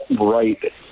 right